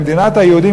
במדינת היהודים,